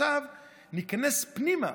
עכשיו ניכנס פנימה.